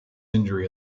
injury